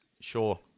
Sure